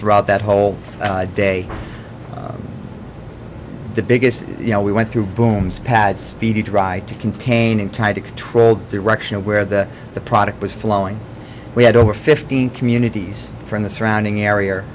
throughout that whole day the biggest you know we went through booms pad speedy dry containing tied to control direction of where the the product was flowing we had over fifteen communities from the surrounding area